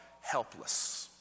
helpless